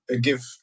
give